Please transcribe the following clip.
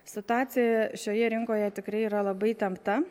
situacija šioje rinkoje tikrai yra labai įtempta